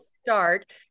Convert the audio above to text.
start